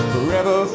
Forever